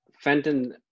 fenton